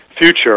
Future